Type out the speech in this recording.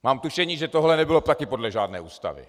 Mám tušení, že tohle nebylo taky podle žádné ústavy.